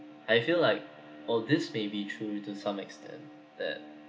I feel like oh this may be true to some extent that